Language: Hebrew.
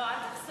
לא, אל תחסוך.